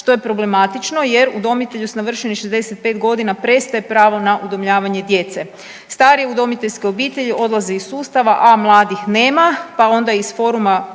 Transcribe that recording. što je problematično jer udomitelju s navršenih 65 godina prestaje pravo na udomljavanje djece. Starije udomiteljske obitelji odlaze iz sustava, a mladih nema, pa onda iz foruma